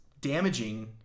damaging